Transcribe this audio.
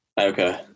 Okay